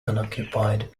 unoccupied